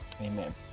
amen